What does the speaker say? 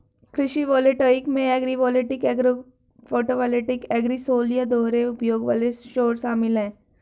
कृषि वोल्टेइक में agrivoltaic agro photovoltaic agrisol या दोहरे उपयोग वाले सौर शामिल है